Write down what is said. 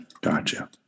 Gotcha